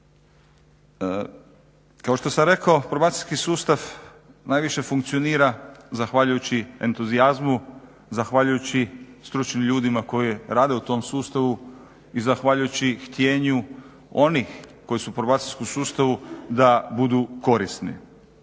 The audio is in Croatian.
Kao što sam rekao, probacijski sustav najviše funkcionira zahvaljujući entuzijazmu, zahvaljujući stručnim ljudima koji rade u tom sustavu i zahvaljujući htjenju onih koji su u probacijskom sustavu da budu korisni.